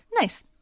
Nice